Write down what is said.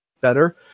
better